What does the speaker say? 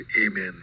amen